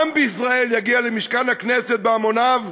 העם בישראל יגיע למשכן הכנסת בהמוניו,